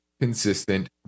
consistent